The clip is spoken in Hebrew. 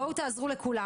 בואו תעזרו לכולם.